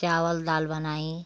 चावल दाल बनाई